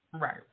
Right